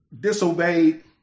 disobeyed